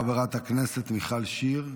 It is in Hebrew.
חברת הכנסת מיכל שיר,